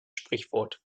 sprichwort